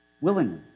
willingly